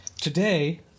today